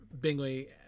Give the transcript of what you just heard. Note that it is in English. Bingley